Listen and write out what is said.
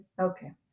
Okay